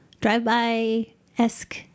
drive-by-esque